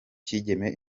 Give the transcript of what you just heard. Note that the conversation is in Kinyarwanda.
kigeme